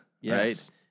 Yes